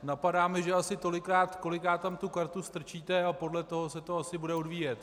Napadá mě, že asi tolikrát, kolikrát tam tu kartu strčíte, a podle toho se to asi bude odvíjet.